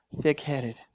thick-headed